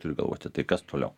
turi galvoti tai kas toliau